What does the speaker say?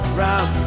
round